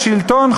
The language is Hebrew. השלטון,